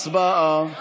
הצבעה.